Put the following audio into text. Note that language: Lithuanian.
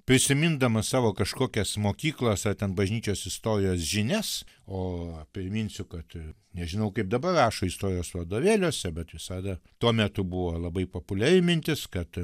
prisimindamas savo kažkokias mokyklas ar ten bažnyčios istorijos žinias o priminsiu kad nežinau kaip dabar rašo istorijos vadovėliuose bet visada tuo metu buvo labai populiari mintis kad